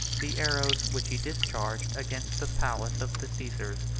the arrows which he discharged against the palace of the caesars.